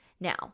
now